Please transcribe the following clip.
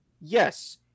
Yes